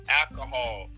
alcohol